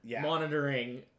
monitoring